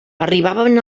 arribaven